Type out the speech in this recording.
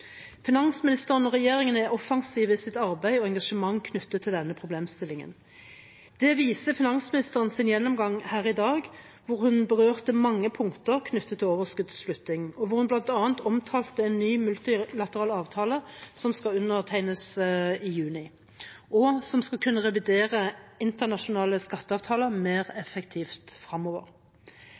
Finansministeren og regjeringen er offensive i sitt arbeid og engasjement knyttet til denne problemstillingen. Det viser finansministerens gjennomgang her i dag, hvor hun berørte mange punkter knyttet til overskuddsflytting, og hvor hun bl.a. omtalte en ny multilateral avtale som skal undertegnes i juni, og som skal kunne revidere internasjonale skatteavtaler mer effektivt